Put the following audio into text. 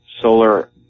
solar